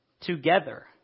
together